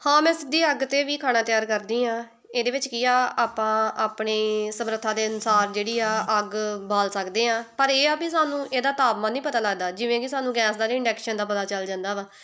ਹਾਂ ਮੈਂ ਸਿੱਧੀ ਅੱਗ 'ਤੇ ਵੀ ਖਾਣਾ ਤਿਆਰ ਕਰਦੀ ਹਾਂ ਇਹਦੇ ਵਿੱਚ ਕੀ ਆ ਆਪਾਂ ਆਪਣੇ ਸਮਰੱਥਾ ਦੇ ਅਨੁਸਾਰ ਜਿਹੜੀ ਆ ਅੱਗ ਬਾਲ਼ ਸਕਦੇ ਹਾਂ ਪਰ ਇਹ ਆ ਵੀ ਸਾਨੂੰ ਇਹਦਾ ਤਾਪਮਾਨ ਨਹੀਂ ਪਤਾ ਲੱਗਦਾ ਜਿਵੇਂ ਕਿ ਸਾਨੂੰ ਗੈਸ ਦਾ ਜੀ ਇਨਡੈਕਸ਼ਨ ਦਾ ਪਤਾ ਚੱਲ ਜਾਂਦਾ ਵਾ